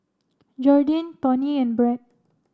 Jordyn Tony and Brett